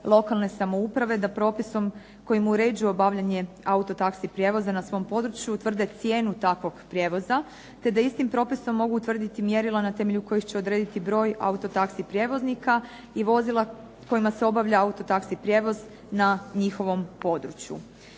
lokalne samouprave da propisom kojim uređuju obavljanje autotaksi prijevoza na svom području utvrde cijenu takvog prijevoza, te da istim propisom mogu utvrditi mjerila na temelju kojih će odrediti broj autotaksi prijevoznika i vozila kojima se obavlja autotaksi prijevoz na njihovom području.